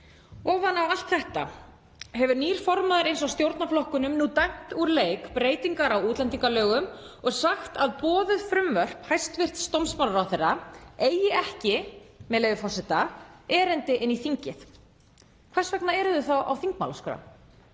Ofan á allt þetta hefur nýr formaður eins af stjórnarflokkunum nú dæmt úr leik breytingar á útlendingalögum og sagt að boðuð frumvörp hæstv. dómsmálaráðherra eigi ekki, með leyfi forseta, „erindi inn í þingið“. Hvers vegna eru þau þá á þingmálaskrá?